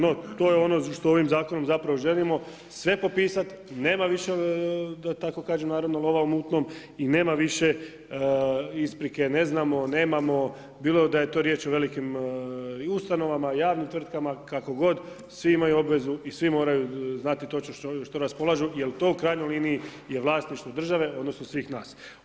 No, to je ono što ovim zakonom zapravo želimo sve popisat, nema više da tako kažem naravno lova u mutnom i nema više isprike ne znamo, nemamo bilo da je to riječ i o velikim ustanovama, javnim tvrtkama kako god, svi imaju obvezi i svi moraju znati točno što raspolažu jer to u krajnjoj liniji je vlasništvo države odnosno svih nas.